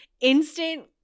instant